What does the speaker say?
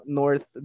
north